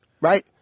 Right